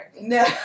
No